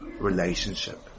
relationship